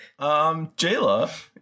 Jayla